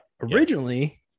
originally